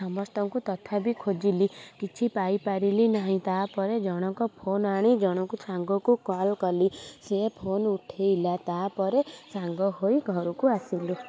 ସମସ୍ତଙ୍କୁ ତଥାପି ଖୋଜିଲି କିଛି ପାଇପାରିଲି ନାହିଁ ତାପରେ ଜଣକ ଫୋନ୍ ଆଣି ଜଣକୁ ସାଙ୍ଗକୁ କଲ୍ କଲି ସିଏ ଫୋନ୍ ଉଠେଇଲା ତାପରେ ସାଙ୍ଗ ହୋଇ ଘରକୁ ଆସିଲୁ